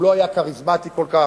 הוא לא היה כריזמטי כל כך.